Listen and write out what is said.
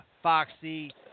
Foxy